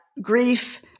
grief